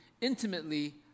intimately